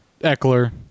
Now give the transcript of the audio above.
Eckler